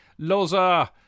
loza